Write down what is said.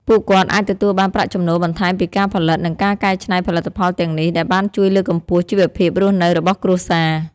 ពួកគាត់អាចទទួលបានប្រាក់ចំណូលបន្ថែមពីការផលិត និងការកែច្នៃផលិតផលទាំងនេះ ដែលបានជួយលើកកម្ពស់ជីវភាពរស់នៅរបស់គ្រួសារ។